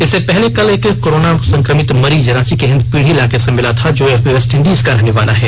इससे पहले कल एक कोरोना संक्रमित मरीज रांची के हिन्दपीढ़ी इलाके से मिला था जो वेस्टइंडिज का रहने वाला है